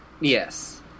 Yes